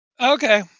Okay